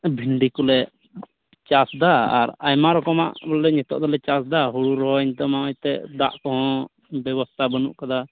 ᱵᱷᱤᱱᱰᱤ ᱠᱚᱞᱮ ᱪᱟᱥᱮᱫᱟ ᱟᱨ ᱟᱭᱢᱟ ᱨᱚᱠᱚᱢᱟᱜ ᱞᱮ ᱱᱤᱛᱚᱜ ᱫᱚᱞᱮ ᱪᱟᱥᱮᱫᱟ ᱦᱩᱲᱩ ᱨᱚᱦᱚᱭ ᱱᱤᱛᱚᱜ ᱢᱚᱡᱽ ᱛᱮ ᱫᱟᱜ ᱠᱚᱦᱚᱸ ᱵᱮᱵᱚᱥᱛᱷᱟ ᱵᱟᱹᱱᱩᱜ ᱟᱠᱟᱫᱟ